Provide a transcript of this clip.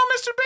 Mr